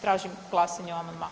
Tražim glasanje o amandmanu.